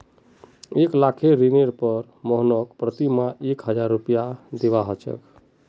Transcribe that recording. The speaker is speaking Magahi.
एक लाखेर ऋनेर पर मोहनके प्रति माह एक हजार रुपया दीबा ह छेक